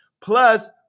Plus